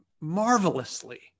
marvelously